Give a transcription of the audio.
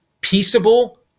peaceable